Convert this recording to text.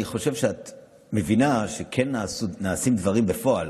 אני חושב שאת מבינה שכן נעשים דברים בפועל.